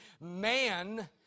man